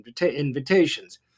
invitations